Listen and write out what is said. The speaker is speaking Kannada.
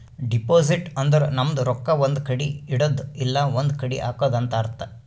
ಡೆಪೋಸಿಟ್ ಅಂದುರ್ ನಮ್ದು ರೊಕ್ಕಾ ಒಂದ್ ಕಡಿ ಇಡದ್ದು ಇಲ್ಲಾ ಒಂದ್ ಕಡಿ ಹಾಕದು ಅಂತ್ ಅರ್ಥ